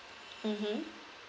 mmhmm